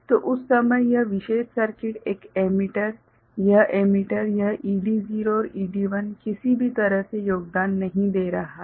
तो उस समय यह विशेष सर्किट यह एमीटर यह एमीटर यह ED0 और ED1 किसी भी तरह से योगदान नहीं दे रहा है